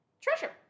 treasure